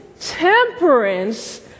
temperance